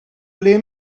ble